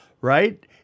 right